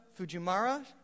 Fujimara